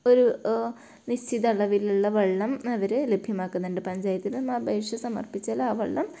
ഒരു നിശ്ചിത അളവിലുള്ള വെള്ളം അവർ ലഭ്യമാക്കുന്നുണ്ട് പഞ്ചായത്തിലും അപേക്ഷ സമർപ്പിച്ചാൽ ആ വെള്ളം